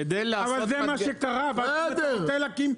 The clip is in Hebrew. זה מה שקרה ואתה רוצה להקים אינטגרציה?